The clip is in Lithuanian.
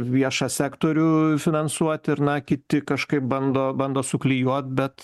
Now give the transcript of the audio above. viešą sektorių finansuot ir na kiti kažkaip bando bando suklijuot bet